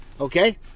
okay